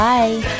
Bye